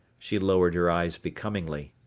she lowered her eyes becomingly.